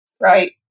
Right